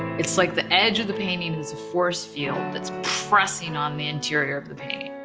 it's like the edge of the painting is a force field that's pressing on the interior of the painting.